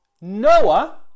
Noah